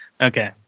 Okay